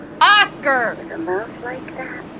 Oscar